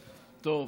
טוב,